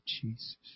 Jesus